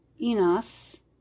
Enos